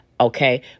Okay